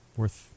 worth